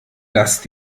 lasst